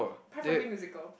preferably musical